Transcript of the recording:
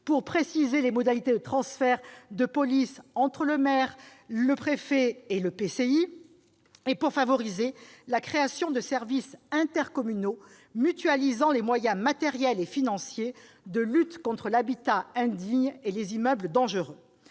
pour préciser les modalités des transferts de police entre le préfet, le maire et l'EPCI, et pour favoriser la création de services intercommunaux mutualisant les moyens matériels et financiers de lutte contre l'habitat indigne et les immeubles dangereux.